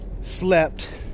slept